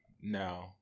No